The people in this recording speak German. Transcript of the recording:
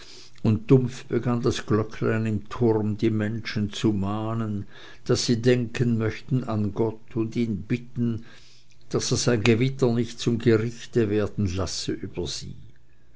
und dumpf begann das glöcklein im turme die menschen zu mahnen daß sie denken möchten an gott und ihn bitten daß er sein gewitter nicht zum gerichte werden lasse über sie